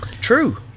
true